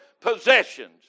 possessions